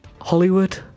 Hollywood